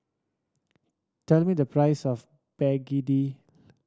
tell me the price of begedil